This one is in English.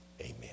Amen